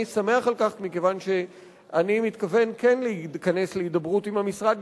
אני שמח על כך מכיוון שאני מתכוון כן להיכנס להידברות עם המשרד,